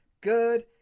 good